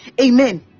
Amen